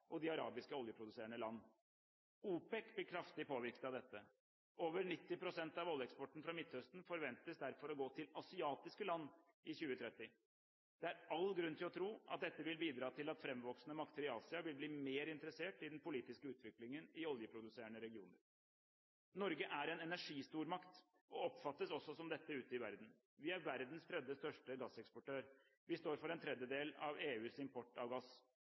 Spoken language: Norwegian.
og de arabiske oljeproduserende land. OPEC blir kraftig påvirket av dette. Over 90 pst. av oljeeksporten fra Midtøsten forventes derfor å gå til asiatiske land i 2030. Det er all grunn til å tro at dette vil bidra til at framvoksende makter i Asia vil bli mer interessert i den politiske utviklingen i oljeproduserende regioner. Norge er en energistormakt og oppfattes også som dette ute i verden. Vi er verdens tredje største gasseksportør. Vi står for en tredjedel av EUs import av gass.